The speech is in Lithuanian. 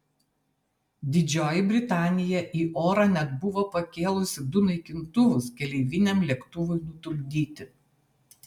didžioji britanija į orą net buvo pakėlusi du naikintuvus keleiviniam lėktuvui nutupdyti